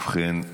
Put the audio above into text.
ובכן,